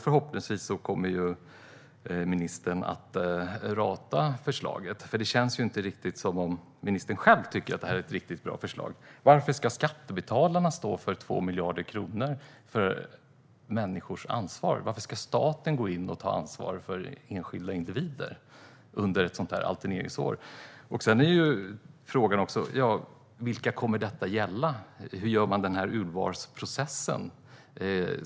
Förhoppningsvis kommer ministern att rata förslaget, för det känns inte riktigt som att ministern själv tycker att det är särskilt bra. Varför ska skattebetalarna stå för 2 miljarder kronor för något som är människors ansvar? Varför ska staten gå in och ta ansvar för enskilda individer under ett alterneringsår? Frågan är också vilka detta kommer att gälla. Hur gör man urvalsprocessen?